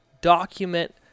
document